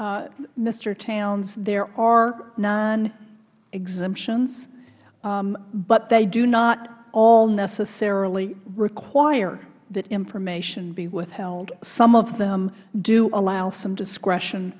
mister towns there are nine exemptions but they do not all necessarily require that information be withheld some of them do allow some discretion